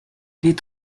les